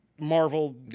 Marvel